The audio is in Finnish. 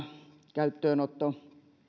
käyttöönotto